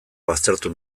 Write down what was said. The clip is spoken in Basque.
baztertu